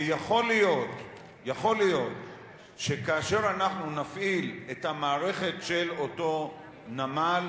ויכול להיות שכאשר אנחנו נפעיל את המערכת של אותו נמל,